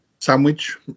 sandwich